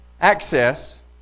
access